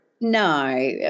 No